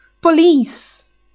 POLICE